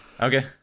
Okay